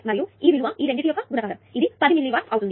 మరియు ఈ విలువ ఈ రెండింటి యొక్క గుణకారం ఇది 10 మిల్లీ వాట్స్ అవుతుంది